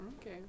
Okay